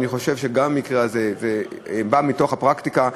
אני חושב שגם במקרה הזה זה בא מתוך הפרקטיקה.